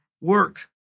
work